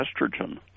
estrogen